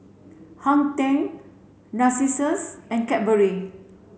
Hang Ten Narcissus and Cadbury